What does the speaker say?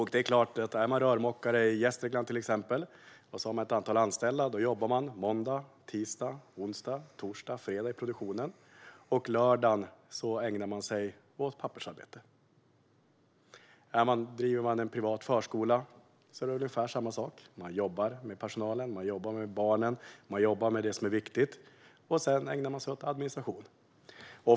Om man är rörmokare i Gästrikland, till exempel, och har ett antal anställda jobbar man måndag, tisdag, onsdag, torsdag och fredag i produktionen, och lördagen ägnar man åt pappersarbete. Om man driver en privat förskola är det ungefär samma sak: Man jobbar med personalen och barnen och det som är viktigt, och sedan ägnar man sig åt administration.